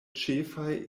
ĉefaj